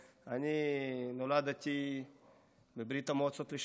אני נולדתי בברית המועצות לשעבר,